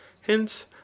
hence